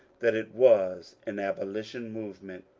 that it was an abolition movement.